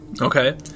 Okay